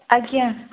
ଆଜ୍ଞା